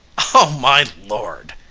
oh, my lord!